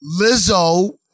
Lizzo